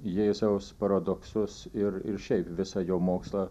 jėzaus paradoksus ir ir šiaip visą jo mokslą